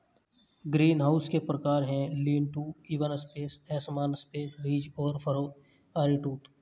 greenhouse के प्रकार है, लीन टू, इवन स्पेन, असमान स्पेन, रिज और फरो, आरीटूथ